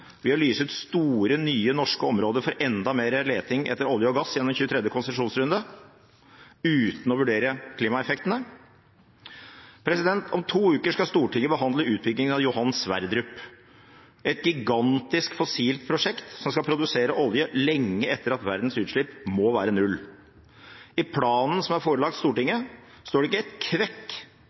ved å lyse ut store, nye norske områder for enda mer leting etter olje og gass gjennom 23. konsesjonsrunde uten å vurdere klimaeffektene? Om to uker skal Stortinget behandle utbyggingen av Johan Sverdrup – et gigantisk fossilt prosjekt som skal produsere olje lenge etter at verdens utslipp må være null. I planen som er forelagt Stortinget, står det ikke et kvekk